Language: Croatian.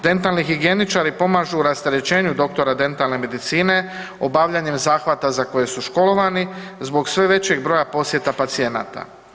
Dentalni higijeničari pomažu u rasterećenju doktora dentalne medicine obavljanjem zahvata za koje su školovani, zbog sve većeg broja posjeta pacijenata.